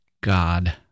God